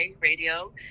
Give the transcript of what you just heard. Radio